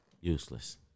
useless